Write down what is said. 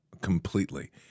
completely